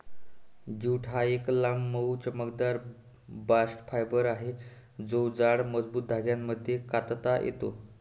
jute हा एक लांब, मऊ, चमकदार बास्ट फायबर आहे जो जाड, मजबूत धाग्यांमध्ये कातता येतो